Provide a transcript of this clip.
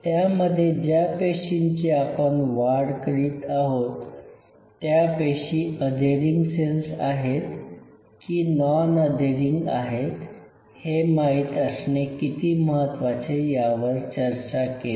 त्यामध्ये ज्या पेशींची आपण वाढ करीत आहोत त्या पेशी अधेरिंग सेल्स आहेत की नॉन अधेरिंग आहेत हे माहीत असणे किती महत्त्वाचे यावर चर्चा केली